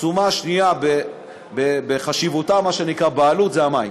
התשומה השנייה בחשיבותה, מה שנקרא, בעלות זה המים.